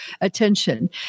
attention